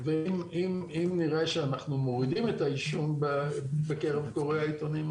אם נראה שאנחנו מורידים את העישון בקרב קוראי העיתונים,